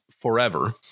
forever